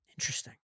Interesting